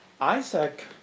Isaac